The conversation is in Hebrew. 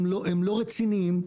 הם לא רציניים,